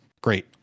great